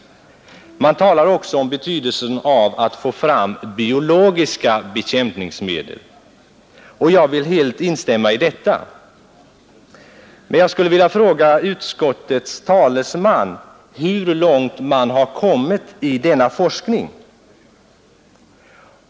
Man talar också om betydelsen av att få fram biologiska bekämpningsmedel. Jag vill helt instämma i detta, men jag skulle vilja fråga utskottets talesman: Hur långt har man kommit i denna forskning?